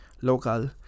local